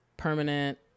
Permanent